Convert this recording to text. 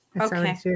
Okay